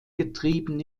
getrieben